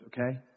Okay